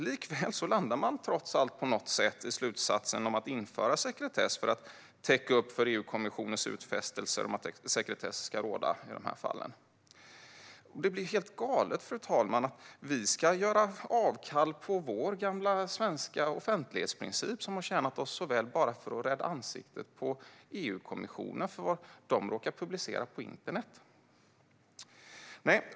Likväl landar man i slutsatsen att sekretess ska införas för att täcka upp för EU-kommissionens utfästelser om att sekretess ska råda i dessa fall. Det är helt galet, fru talman, att vi ska göra avkall på vår gamla svenska offentlighetsprincip, som har tjänat oss väl, bara för att rädda ansiktet på EU-kommissionen för något som de har råkat publicera på internet.